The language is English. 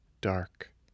dark